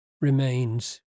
remains